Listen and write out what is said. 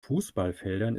fußballfeldern